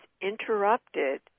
interrupted